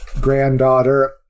granddaughter